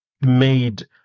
made